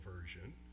version